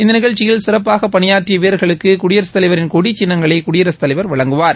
இந்த நிகழ்ச்சியில் சிறப்பாக பணியாற்றிய வீரா்களுக்கு குடியரகத் தலைவரின் கொடிச் சின்னங்களை குடியரசுத் தலைவர் வழங்குவார்